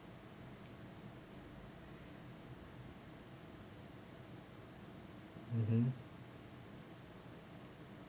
mmhmm